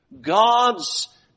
God's